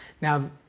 Now